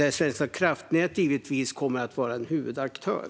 Där kommer givetvis Svenska kraftnät att vara en huvudaktör.